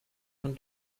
von